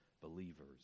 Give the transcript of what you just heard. believers